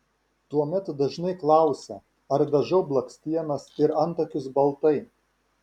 tuomet dažnai klausia ar dažau blakstienas ir antakius baltai